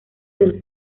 del